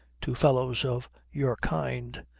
to fellows of your kind.